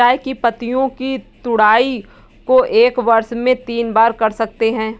चाय की पत्तियों की तुड़ाई को एक वर्ष में तीन बार कर सकते है